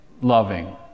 loving